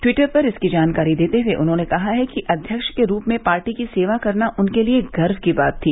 Twitter पर इसकी जानकारी देते हुए उन्होंने कहा है कि अध्यक्ष के रूप में पार्टी की सेवा करना उनके लिए गर्व की बात थी